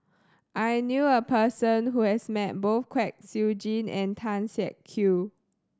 I knew a person who has met both Kwek Siew Jin and Tan Siak Kew